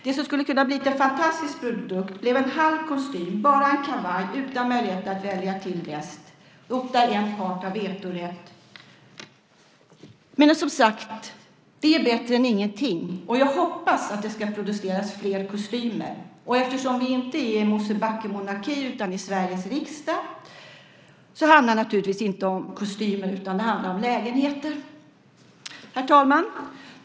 Det som skulle ha kunnat bli en fantastisk produkt blev en halv kostym, bara en kavaj utan möjlighet att välja till väst, och där en part har vetorätt. Men som sagt, det är bättre än ingenting. Jag hoppas att det ska produceras fler kostymer. Och eftersom vi inte är i Mosebacke monarki utan i Sveriges riksdag handlar det naturligtvis inte om kostymer utan om lägenheter. Herr talman!